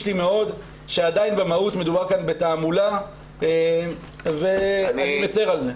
לי מאוד שעדיין במהות מדובר כאן בתעמולה ואני מצר על זה.